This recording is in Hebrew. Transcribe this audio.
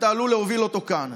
אתה עלול להוביל אותו כאן.